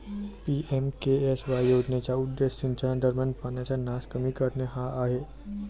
PMKSY योजनेचा उद्देश सिंचनादरम्यान पाण्याचा नास कमी करणे हा आहे